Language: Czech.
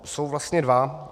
Jsou vlastně dva.